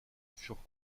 furent